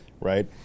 right